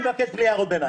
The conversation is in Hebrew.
אני מבקש, בלי הערות ביניים.